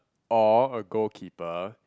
or a goalkeeper